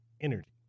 energy